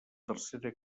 tercera